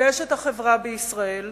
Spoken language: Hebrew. ויש החברה בישראל,